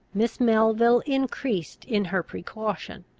miss melville increased in her precaution.